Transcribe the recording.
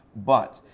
but,